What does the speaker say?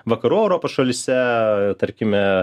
vakarų europos šalyse tarkime